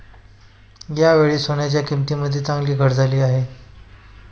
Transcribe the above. यावेळी सोन्याच्या किंमतीमध्ये चांगलीच घट झाली आहे